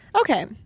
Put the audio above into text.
Okay